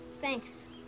thanks